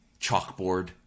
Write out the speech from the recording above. chalkboard